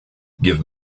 give